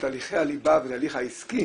תהליכי הליבה ואת התהליך העסקי